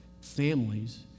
families